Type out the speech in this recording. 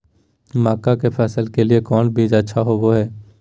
मक्का के फसल के लिए कौन बीज अच्छा होबो हाय?